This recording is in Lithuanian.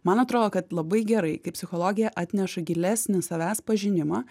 man atrodo kad labai gerai kai psichologija atneša gilesnį savęs pažinimą